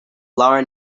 lara